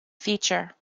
feature